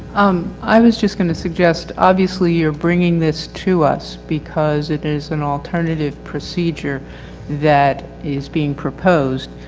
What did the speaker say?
um i was just gonna suggest obviously you're bringing this to us because it is an alternative procedure that is being proposed.